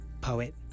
poet